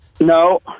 No